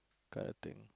kind of thing